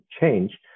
change